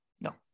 No